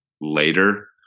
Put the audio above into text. later